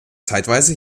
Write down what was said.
zeitweise